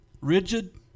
Rigid